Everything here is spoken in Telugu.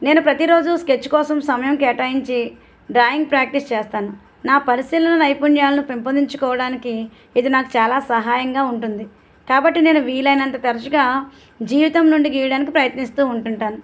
నేను ప్రతీరోజు స్కెచ్ కోసం సమయం కేటాయించి డ్రాయింగ్ ప్రాక్టీస్ చేస్తాను నా పరిశీలన నైపుణ్యాలను పెంపొందించుకోవడానికి ఇది నాకు చాలా సహాయంగా ఉంటుంది కాబట్టి నేను వీలైనంత తరచుగా జీవితం నుండి గీయడానికి ప్రయత్నిస్తూ ఉంటుంటాను